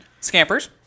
Scampers